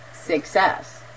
success